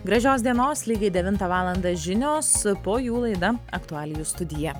gražios dienos lygiai devintą valandą žinios po jų laida aktualijų studija